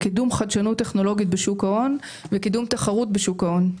קידום חדשנות טכנולוגית בשוק ההון וקידום תחרות בשוק ההון.